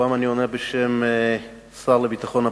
הפעם אני עונה בשם השר לביטחון הפנים.